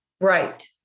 Right